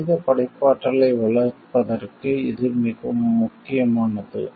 மனித படைப்பாற்றலை வளர்ப்பதற்கு இது முக்கியமானது